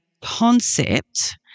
concept